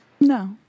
No